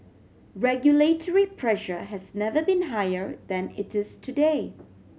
regulatory pressure has never been higher than it is today